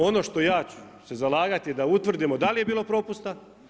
Ono što ću se ja zalagati da utvrdimo da li je bilo propusta.